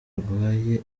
arwaye